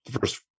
first